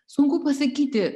sunku pasakyti